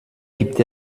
gibt